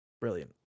Brilliant